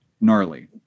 gnarly